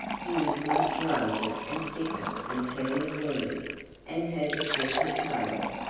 he is much larger and thicker than teeny weeny and has a shorter tail.